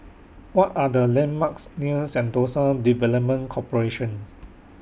What Are The landmarks near Sentosa Development Corporation